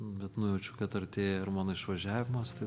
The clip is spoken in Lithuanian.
bet nujaučiu kad artėja ir mano išvažiavimas tai